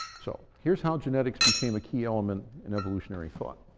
so here's how genetics became a key element in evolutionary thought.